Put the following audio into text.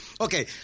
Okay